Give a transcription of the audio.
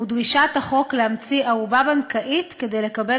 הוא דרישת החוק להמציא ערובה בנקאית כדי לקבל